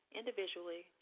individually